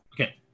Okay